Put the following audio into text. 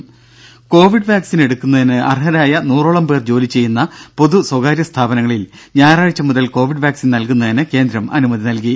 രുര covid vaccine എടുക്കുന്നതിന് അർഹരായ നൂറോളം പേർ ജോലിചെയ്യുന്ന ഗവൺമെന്റ് സ്വകാര്യ സ്ഥാപനങ്ങളിൽ ഞായറാഴ്ച മുതൽ കോവിഡ് വാക്സിൻ നൽകുന്നതിന് കേന്ദ്രം അനുമതി നൽകി